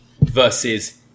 versus